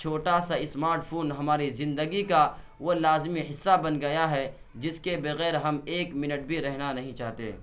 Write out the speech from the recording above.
چھوٹا سا smart phone ہمارے زندگی کا وہ لازمی حصہ بن گیا ہے جس کے بغیر ہم ایک منٹ بھی رہنا نہیں چاہتے